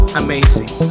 amazing